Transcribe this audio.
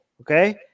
Okay